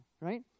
right